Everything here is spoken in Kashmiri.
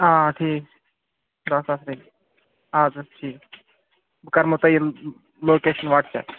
آ ٹھیٖک داہ ساس رۄپیہِ اَدٕ حظ ٹھیٖک بہٕ کرہَو تۄہہِ لوٗکیشَن واٹس اَیٚپ